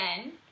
again